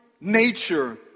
nature